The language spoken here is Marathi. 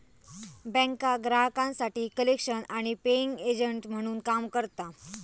बँका ग्राहकांसाठी कलेक्शन आणि पेइंग एजंट म्हणून काम करता